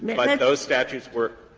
but those statutes were